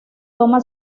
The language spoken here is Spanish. toma